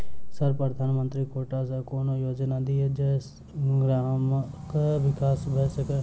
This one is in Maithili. सर प्रधानमंत्री कोटा सऽ कोनो योजना दिय जै सऽ ग्रामक विकास भऽ सकै?